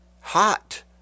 hot